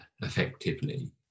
effectively